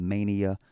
Mania